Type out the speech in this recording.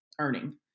earning